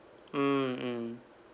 mm mm